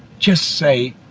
just say,